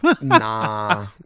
Nah